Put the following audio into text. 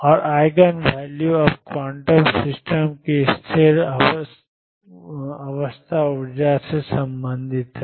और आईगनवैल्यू अब quantum system की स्थिर अवस्था ऊर्जा से संबंधित हैं